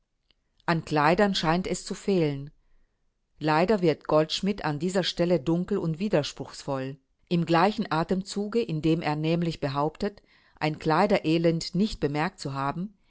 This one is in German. an kleidern scheint es zu fehlen leider wird goldschmidt an dieser stelle dunkel und widerspruchsvoll im gleichen atemzuge in dem er nämlich behauptet ein kleiderelend nicht bemerkt zu haben